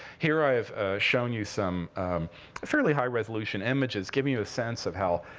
here i've shown you some fairly high-resolution images, give you you a sense of how,